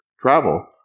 travel